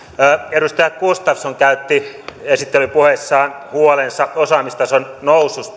edustaja gustafsson esitti esittelypuheessaan huolensa osaamistason nousun